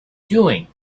doing